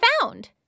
found